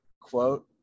quote